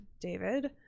David